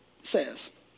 says